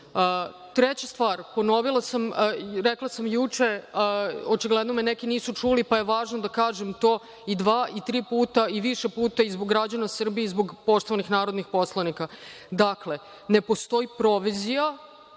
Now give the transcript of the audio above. država. Treća stvar, rekla sam juče, očigledno me neki nisu čuli pa je važno da kažem to i dva i tri puta i više puta i zbog građana Srbije i zbog poštovanih narodnih poslanika, dakle, ne postoji provizija